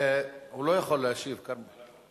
הוא לא יכול להשיב, כרמל.